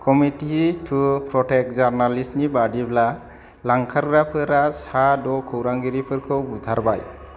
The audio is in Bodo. कमेटि टु प्रटेक्ट जार्नलिस्ट्सनि बायदिब्ला लांखारग्राफोरा सा द' खौरांगिरिफोरखौ बुथारबाय